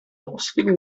rostigen